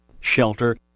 shelter